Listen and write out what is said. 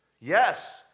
Yes